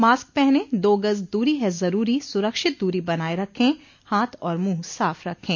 mask पहनें दो गज़ दूरी है ज़रूरी सुरक्षित दूरी बनाए रखें हाथ और मुंह साफ रखें